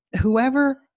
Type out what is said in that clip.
whoever